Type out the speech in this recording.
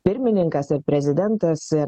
pirmininkas ar prezidentas ir